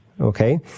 Okay